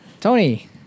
Tony